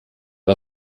war